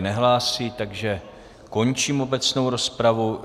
Nehlásí, takže končím obecnou rozpravu.